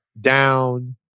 down